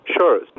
Sure